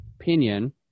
opinion